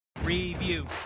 Review